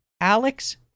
Alex